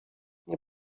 nie